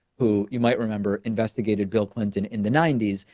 who you might remember investigated bill clinton in the ninety s,